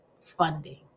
funding